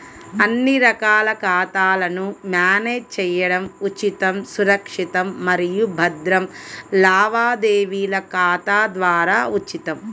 అన్ని రకాల ఖాతాలను మ్యానేజ్ చేయడం ఉచితం, సురక్షితం మరియు భద్రం లావాదేవీల ఖాతా ద్వారా ఉచితం